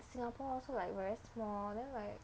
singapore also like very small then like